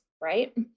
right